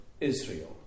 Israel